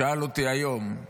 שאל אותי היום היא